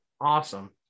Awesome